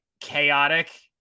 chaotic